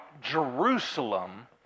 Jerusalem